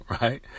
Right